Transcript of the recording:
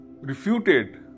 refuted